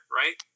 right